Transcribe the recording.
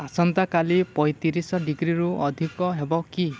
ଆସନ୍ତାକାଲି ପଞ୍ଚତିରିଶ ଡିଗ୍ରୀରୁ ଅଧିକ ହେବ କି